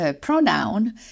pronoun